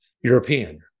European